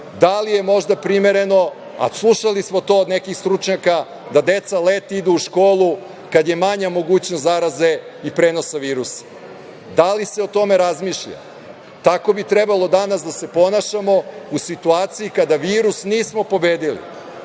da li je možda primereno, a slušali smo to od nekih stručnjaka, da deca leti idu u školu kada je manja mogućnost zaraze i prenosa virusa? Da li se o tome razmišlja? Tako bi trebalo danas da se ponašamo u situaciji kada virus nismo pobedili.